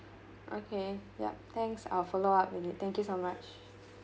okay yup thanks I'll follow up with it thank you so much